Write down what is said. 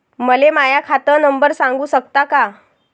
मले माह्या खात नंबर सांगु सकता का?